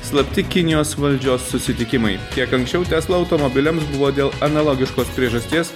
slapti kinijos valdžios susitikimai kiek anksčiau tesla automobiliams buvo dėl analogiškos priežasties